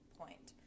point